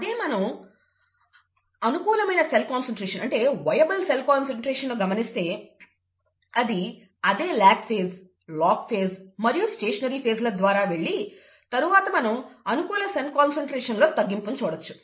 అదే గనుక మనం అనుకూలమైన సెల్ కాన్సన్ట్రేషన్ ను గమనిస్తే అది అదే ల్యాగ్ ఫేజ్ లాగ్ ఫేజ్ మరియు స్టేషనరీ ఫేజ్ ల ద్వారా వెళ్లి తరువాత మనం అనుకూల సెల్ కాన్సన్ట్రేషన్ లో తగ్గింపును చూడవచ్చు